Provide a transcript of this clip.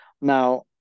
Now